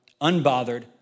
unbothered